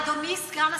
אדוני סגן השר,